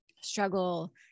struggle